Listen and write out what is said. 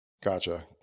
Gotcha